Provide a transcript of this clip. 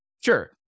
Sure